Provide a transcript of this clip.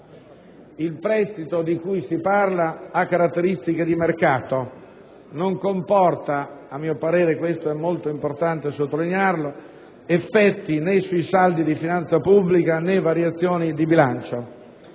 Il prestito di cui si parla ha caratteristiche di mercato, non comporta - a mio parere questo è molto importante sottolinearlo - né effetti sui saldi di finanza pubblica, né variazioni di bilancio.